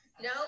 No